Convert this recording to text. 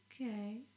okay